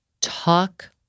Talk